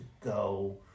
go